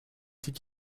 did